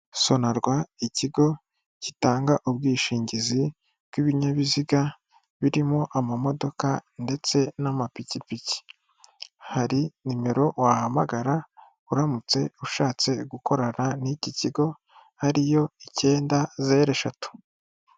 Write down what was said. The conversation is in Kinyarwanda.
Sonarwa ikigo gitanga ubwishingizi bw'ibinyabiziga birimo amamodoka ndetse n'amapikipiki. Hari nimero wahamagara uramutse ushatse gukorana n'iki kigo ariyo icyenda, zeru eshatu.